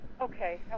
okay